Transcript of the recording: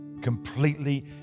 completely